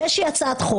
באיזה הצעת חוק.